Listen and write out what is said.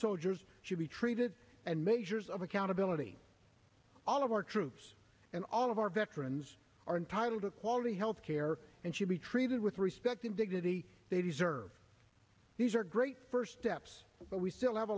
soldiers should be treated and measures of accountability all of our troops and all of our veterans are entitled to quality health care and should be treated with respect and dignity they deserve these are great first steps but we still have a